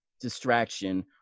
distraction